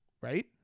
right